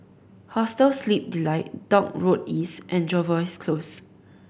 Hostel Sleep Delight Dock Road East and Jervois Close